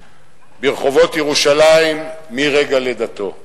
שוטט ברחובות ירושלים מרגע לידתו,